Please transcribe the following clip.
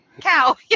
Cow